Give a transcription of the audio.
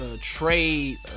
trade